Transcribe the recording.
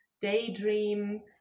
daydream